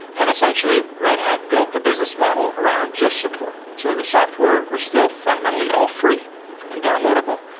and essentially, red hat built a business model around just support. so the software were still fundamentally all free and downloadable.